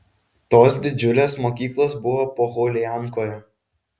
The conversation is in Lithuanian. tos didžiulės mokyklos buvo pohuliankoje